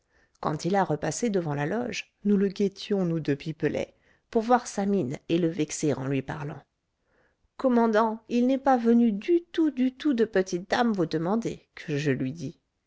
quand il a repassé devant la loge nous le guettions nous deux pipelet pour voir sa mine et le vexer en lui parlant commandant il n'est pas venu du tout du tout de petite dame vous demander que je lui dis